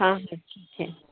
हाँ हाँ ठीक है